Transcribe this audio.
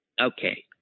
Okay